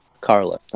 Carla